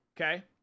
okay